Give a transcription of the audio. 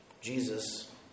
Jesus